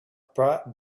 bright